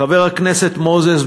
חבר הכנסת מוזס,